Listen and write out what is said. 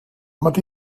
matí